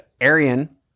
Arian